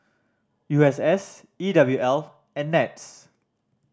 U S S E W L and NETS